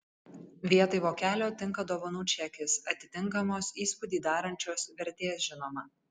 vietoj vokelio tinka dovanų čekis atitinkamos įspūdį darančios vertės žinoma